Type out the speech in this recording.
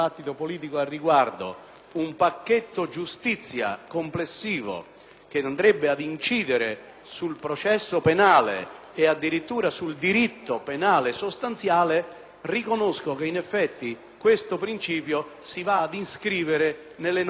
che andrebbe ad incidere sul processo penale e, addirittura, sul diritto penale sostanziale, riconosco che in effetti questo principio si va ad iscrivere nelle norme di sistema (userei proprio la esse maiuscola per questa parola).